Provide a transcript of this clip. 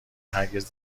هرگز